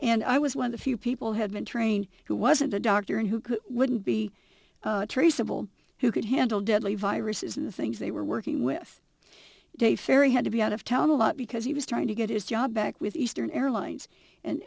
and i was one of the few people had been trained who wasn't a doctor and who wouldn't be traceable who could handle deadly viruses and the things they were working with dave ferrie had to be out of town a lot because he was trying to get his job back with eastern airlines and